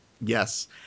Yes